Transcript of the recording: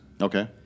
Okay